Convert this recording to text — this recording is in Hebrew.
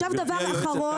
עכשיו דבר אחרון,